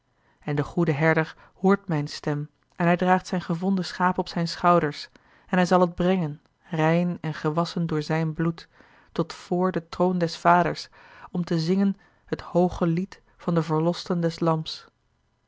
en de goede herder hoort mijne stem en hij draagt zijn gevonden schaap op zijne schouders en hij zal het brengen rein en gewasschen door zijn bloed tot voor den troon des vaders om te zingen het hooglied van de verlosten des lams